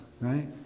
right